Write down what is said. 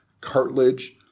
cartilage